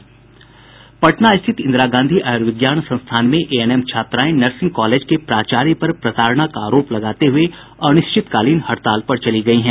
पटना स्थित इंदिरा गांधी आयूर्विज्ञान संस्थान में एएनएम छात्राएं नर्सिंग कॉलेज के प्राचार्य पर प्रताड़ना का आरोप लगाते हुए अनश्चितकालीन हड़ताल पर चली गयी हैं